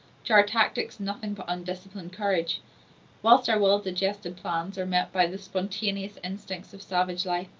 to our tactics nothing but undisciplined courage whilst our well-digested plans are met by the spontaneous instincts of savage life,